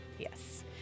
yes